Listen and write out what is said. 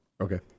okay